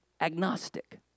agnostic